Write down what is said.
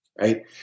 right